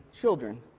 children